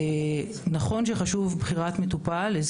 נכון שבחירת המטופל היא חשובה,